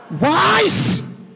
Wise